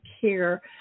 care